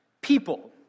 people